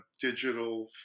digital